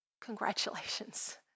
congratulations